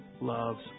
loves